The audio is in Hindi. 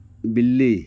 बिल्ली